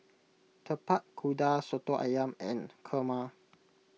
Tapak Kuda Soto Ayam and Kurma